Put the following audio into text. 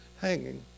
Hanging